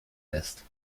lässt